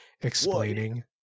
explaining